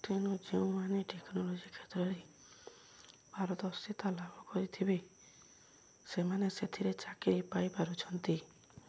ତେଣୁ ଯେଉଁମାନେ ଟେକ୍ନୋଲୋଜି କ୍ଷେତ୍ରରେ ପାରଦର୍ଶିତା ଲାଭ କରିଥିବେ ସେମାନେ ସେଥିରେ ଚାକିରି ପାଇପାରୁଛନ୍ତି